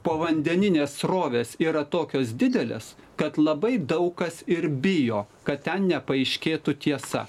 povandeninės srovės yra tokios didelės kad labai daug kas ir bijo kad ten nepaaiškėtų tiesa